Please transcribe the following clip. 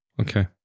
Okay